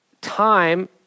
time